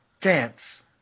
Dance